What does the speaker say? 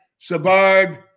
Sabard